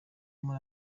muri